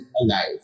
alive